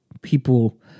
people